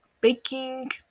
baking